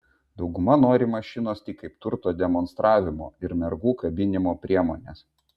dauguma nori mašinos tik kaip turto demonstravimo ir mergų kabinimo priemonės